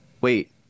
wait